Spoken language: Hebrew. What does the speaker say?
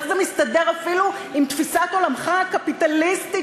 איך זה מסתדר אפילו עם תפיסת עולמך הקפיטליסטית,